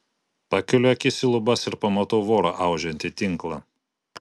pakeliu akis į lubas ir pamatau vorą audžiantį tinklą